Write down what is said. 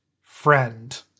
friend